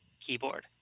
keyboard